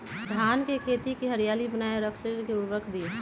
धान के खेती की हरियाली बनाय रख लेल उवर्रक दी?